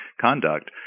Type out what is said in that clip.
conduct